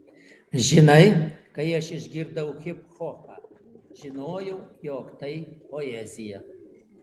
žinai kai aš išgirdau hiphopą žinojau jog tai poezija